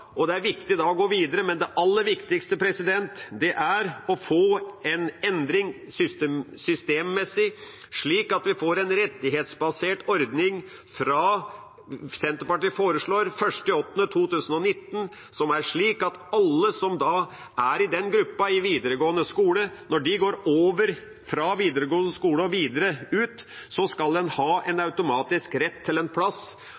og det er viktig å gå videre. Men det aller viktigste er å få en systemmessig endring, slik at vi får en rettighetsbasert ordning fra 1. august 2019, foreslår Senterpartiet. Den bør være slik at alle som er i den gruppa i videregående skole, skal ha en automatisk rett til en plass når de går over fra videregående skole og videre ut. Dette må finansieres gjennom en